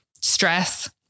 stress